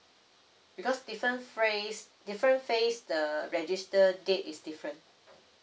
because different phrase different phase the register date is different